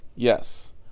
Yes